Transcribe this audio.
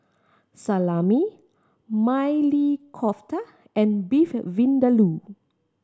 Salami Maili Kofta and Beef Vindaloo